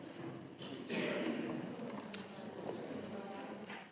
Hvala.